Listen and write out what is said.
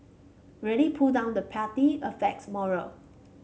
really pull down the party affects morale